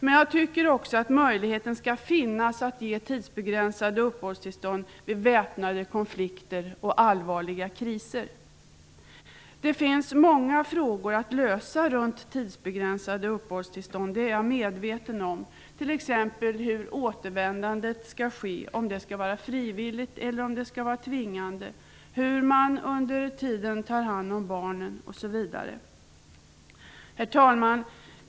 Men jag tycker också att möjligheten skall finnas att ge tidsbegränsade uppehållstillstånd vid väpnade konflikter och allvarliga kriser. Det finns många frågor att lösa runt tidsbegränsade uppehållstillstånd, det är jag medveten om, t.ex. hur återvändandet skall ske, om det skall vara frivilligt eller om det skall vara tvingande, hur man under tiden skall ta hand om barnen, o.s.v. Herr talman!